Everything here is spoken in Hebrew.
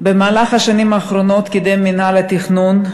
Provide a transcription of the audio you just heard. במהלך השנים האחרונות קידם מינהל התכנון,